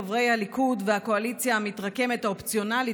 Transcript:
חברי הליכוד והקואליציה המתרקמת האופציונלית,